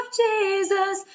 jesus